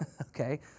okay